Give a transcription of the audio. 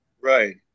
Right